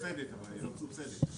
אבל היא לא מסובסדת.